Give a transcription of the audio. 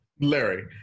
Larry